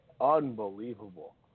Unbelievable